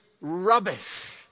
rubbish